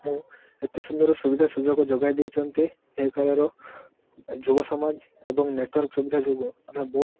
ମୁଁ ଏତେ ସୁନ୍ଦର ସୁବିଧା ସୁଯୋଗ ଯୋଗାଇ ଦେଇଛନ୍ତି ଏ କାଳର ଯୁବ ସମାଜ ଏବଂ ନେଟୱାର୍କ ସୁବିଧା ଯୋଗୁଁ ଆମେ ବହୁତ